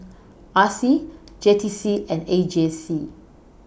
R C J T C and A J C